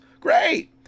great